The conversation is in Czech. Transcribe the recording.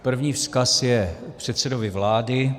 První vzkaz je předsedovi vlády.